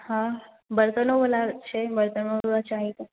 हँ बरतनोवला छै बरतनोवला चाही